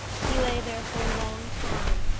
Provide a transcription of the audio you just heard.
he lay there for a long time,